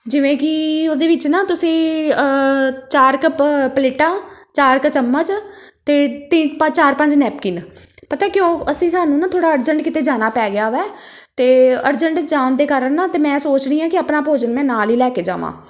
ਜਿਵੇਂ ਕਿ ਉਹਦੇ ਵਿੱਚ ਨਾ ਤੁਸੀਂ ਚਾਰ ਕੱਪ ਪਲੇਟਾਂ ਚਾਰ ਕੁ ਚਮਚ ਤੇ ਤਿ ਪ ਚਾਰ ਪੰਜ ਨੈਪਕਿਨ ਪਤਾ ਕਿਉਂ ਅਸੀਂ ਸਾਨੂੰ ਨਾ ਥੋੜ੍ਹਾ ਅਰਜੈਂਟ ਕਿਤੇ ਜਾਣਾ ਪੈ ਗਿਆ ਹੈ ਅਤੇ ਅਰਜੈਂਟ ਜਾਣ ਦੇ ਕਾਰਨ ਨਾ ਤਾਂ ਮੈਂ ਸੋਚ ਰਹੀ ਹਾਂ ਕਿ ਆਪਣਾ ਭੋਜਨ ਨਾ ਮੈਂ ਨਾਲ ਹੀ ਲੈ ਕੇ ਜਾਵਾਂ